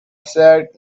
sat